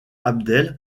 abdel